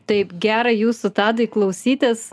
taip gera jūsų tadai klausytis